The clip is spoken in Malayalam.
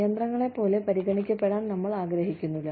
യന്ത്രങ്ങളെപ്പോലെ പരിഗണിക്കപ്പെടാൻ നമ്മൾ ആഗ്രഹിക്കുന്നില്ല